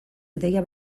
ideia